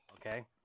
okay